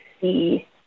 see